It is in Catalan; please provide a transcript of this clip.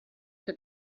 que